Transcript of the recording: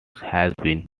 patchy